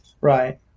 right